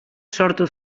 sortu